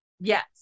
Yes